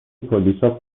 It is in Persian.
پلیسا